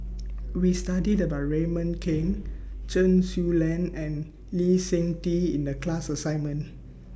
We studied about Raymond Kang Chen Su Lan and Lee Seng Tee in The class assignment